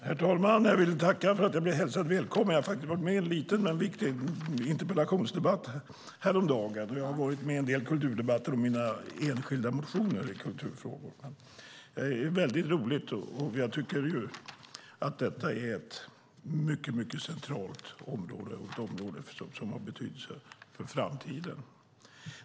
Herr talman! Jag vill tacka för att jag blev hälsad välkommen. Jag har varit med i en liten men viktig interpellationsdebatt häromdagen, och jag har varit med i en del kulturdebatter om mina enskilda motioner i kulturfrågor. Det är väldigt roligt. Detta är ett mycket centralt område som har betydelse för framtiden.